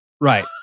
Right